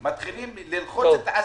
אבל למה מתחילים ללחוץ את העסקים,